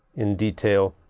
in detail.